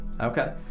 Okay